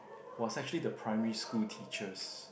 was actually the primary school teachers